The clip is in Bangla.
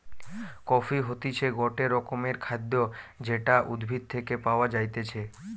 কফি হতিছে গটে রকমের খাদ্য যেটা উদ্ভিদ থেকে পায়া যাইতেছে